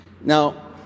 Now